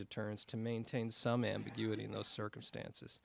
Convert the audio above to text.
deterrence to maintain some ambiguity in those circumstances